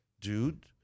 Dude